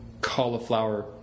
cauliflower